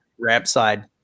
rampside